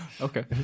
Okay